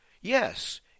Yes